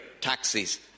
taxis